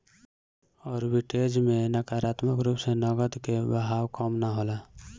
arbitrage में नकारात्मक रूप से नकद के बहाव कम ना होला